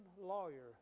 lawyer